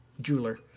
jeweler